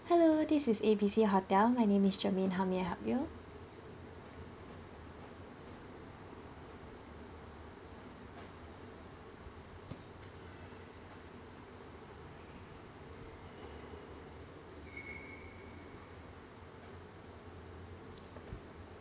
hello this is A B C my name is jermaine how may I help you